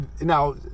now